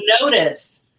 notice